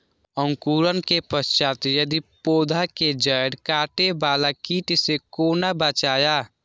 अंकुरण के पश्चात यदि पोधा के जैड़ काटे बाला कीट से कोना बचाया?